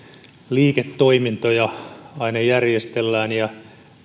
liiketoimintoja aina järjestellään ja